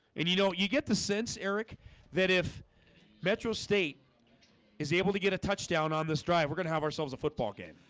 and you know you get the sense eric that if metro state is able to get a touchdown on this drive. we're gonna have ourselves a football game.